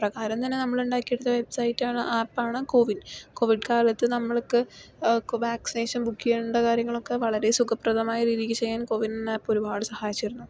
അപ്രകാരം തന്നെ നമ്മള് ഉണ്ടാക്കിയെടുത്ത വെബ്സൈറ്റാണ് ആപ്പാണ് കോവിൻ കോവിഡ് കാലത്ത് നമ്മൾക്ക് കോ വാക്സിനേഷൻ ബുക്കെയ്യണ്ട കാര്യങ്ങളൊക്കെ വളരേ സുഖപ്രദമായ രീതിക്ക് ചെയ്യാൻ കോവിൻ ആപ്പ് ഒരുപാട് സഹായിച്ചിരുന്നു